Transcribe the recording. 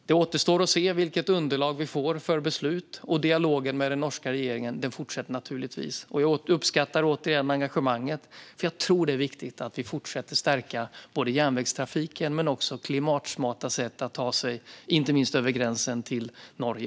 Det återstår att se vilket underlag för beslut vi får. Dialogen med den norska regeringen fortsätter naturligtvis. Jag uppskattar återigen engagemanget, för jag tror att det är viktigt att vi fortsätter att stärka järnvägstrafiken men också klimatsmarta sätt att ta sig inte minst över gränsen till Norge.